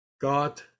God